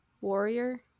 warrior